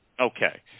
okay